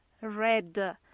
red